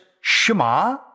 Shema